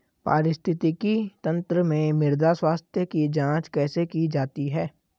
पारिस्थितिकी तंत्र में मृदा स्वास्थ्य की जांच कैसे की जाती है?